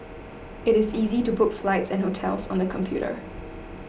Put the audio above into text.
it is easy to book flights and hotels on the computer